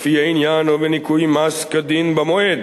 לפי העניין ובניכוי מס כדין במועד,